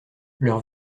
leurs